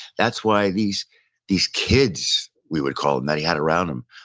that's why these these kids, we would call them, that he had around him,